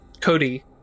Cody